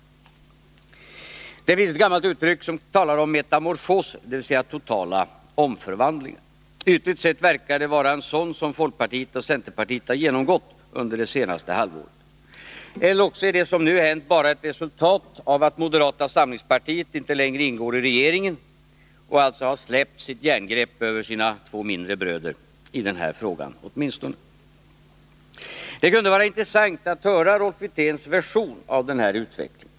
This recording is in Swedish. Det finns ett gammalt uttryck som talar om metamorfoser, dvs. totala omvandlingar. Ytligt sett verkar det vara en sådan som folkpartiet och centerpartiet har genomgått under det senaste halvåret. Eller också är det som nu hänt bara ett resultat av att moderata samlingspartiet inte längre ingår i regeringen och alltså har släppt sitt järngrepp om sina två mindre bröder, åtminstone i den här frågan. Det kunde vara intressant att höra Rolf Wirténs version av den här utvecklingen.